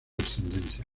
descendencia